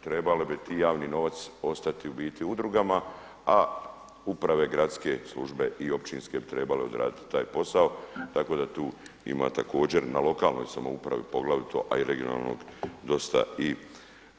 Trebali bi taj javni novac ostati u biti udrugama, a uprave gradske službe i općinske trebale bi odraditi taj posao, tako da tu ima također na lokalnoj samoupravi poglavito, a i regionalnog dosta i